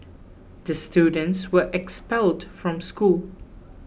the students were expelled from school